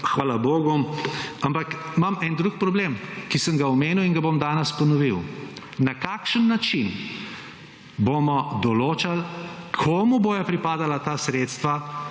hvala bogu, ampak imam en drug problem, ki sem ga omenil in ga bom danes ponovil. Na kakšen način bomo določili, komu bojo pripadala ta sredstva,